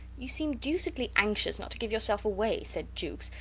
you seem deucedly anxious not to give yourself away, said jukes,